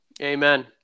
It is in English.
Amen